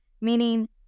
meaning